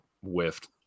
whiffed